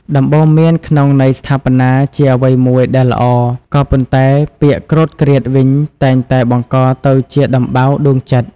ដំបូន្មានក្នុងន័យស្ថាបនាជាអ្វីមួយដែលល្អ ក៏ប៉ុន្តែពាក្យគ្រោតគ្រាតវិញតែងតែបង្កទៅជាដំបៅដួងចិត្ត។